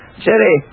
Jerry